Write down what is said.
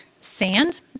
sand